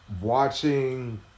Watching